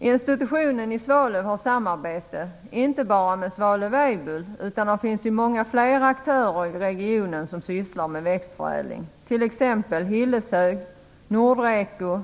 Institutionen i Svalöv har samarbete, inte bara med Svalöf Weibull, utan det finns ju många fler aktörer i regionen som sysslar med växtförädling, t.ex. Hilleshög, Nordreko,